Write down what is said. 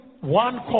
one